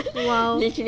!wow!